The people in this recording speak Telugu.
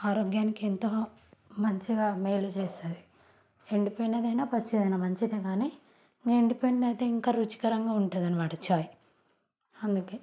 ఆరోగ్యానికి ఎంతో మంచిగా మేలు చేస్తుంది ఎండిపోయినదైనా పచ్చిదైనా మంచిదే కానీ ఇంకా ఎండిపోయినదైతే ఇంకా రుచికరంగా ఉంటుందన్నమాట చాయ్ అందుకే